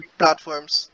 platforms